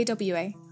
AWA